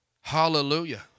hallelujah